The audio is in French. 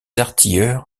artilleurs